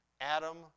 Adam